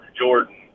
Jordan